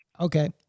Okay